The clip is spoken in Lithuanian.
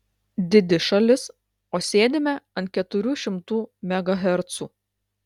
didi šalis o sėdime ant keturių šimtų megahercų